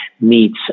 meets